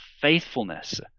faithfulness